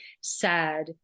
sad